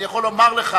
אני יכול לומר לך